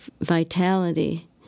vitality